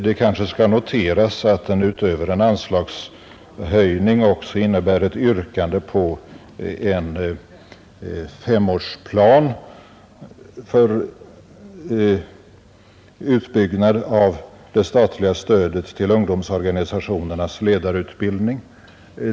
Det kanske skall noteras att utöver en anslagshöjning innebär den ett yrkande på en femårsplan för utbyggnad av det statliga stödet till ungdomsorganisationernas ledarutbildning.